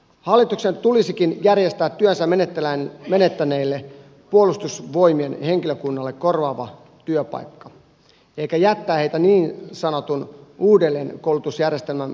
hallituksen tulisikin järjestää työnsä menettäneille puolustusvoimien henkilökunnalle korvaava työpaikka eikä jättää heitä niin sanotun uudelleenkoulutusjärjestelmän pelinappuloiksi